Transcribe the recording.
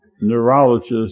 neurologist